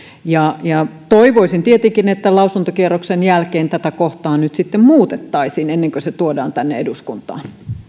toivoisin tietenkin että lausuntokierroksen jälkeen tätä kohtaa nyt sitten muutettaisiin ennen kuin se tuodaan tänne eduskuntaan